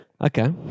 Okay